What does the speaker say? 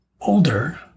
older